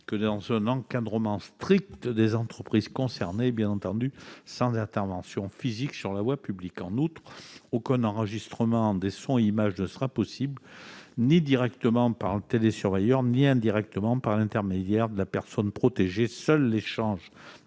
que dans un cadre strict pour les entreprises concernées et sans intervention physique sur la voie publique. En outre, aucun enregistrement de son ou d'image ne sera possible, ni directement par le télésurveilleur, ni indirectement par l'intermédiaire de la personne protégée. Seul l'échange